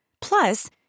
Plus